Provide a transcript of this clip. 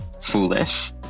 foolish